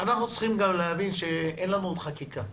צריכים להבין שאין לנו עוד חקיקה.